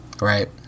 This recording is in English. right